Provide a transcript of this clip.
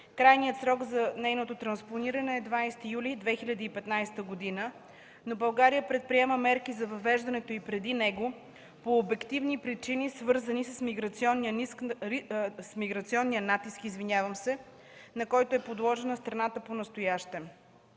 Крайният срок за нейното транспониране е 20 юли 2015 г., но България предприема мерки за въвеждането й преди него по обективни причини, свързани с миграционния натиск, на който е подложена страната понастоящем.